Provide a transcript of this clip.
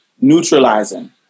neutralizing